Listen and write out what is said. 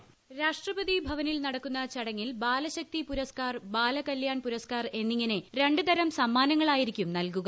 voice രാഷ്ട്രപതി ഭവനിൽ നടക്കുന്ന ചടങ്ങിൽ ബാലശക്തി പുരസ്കാർ ബാല കല്യാൺ പുരസ്കാർ എന്നിങ്ങനെ രണ്ട് തരം സമ്മാനങ്ങളായിരിക്കും നൽകുക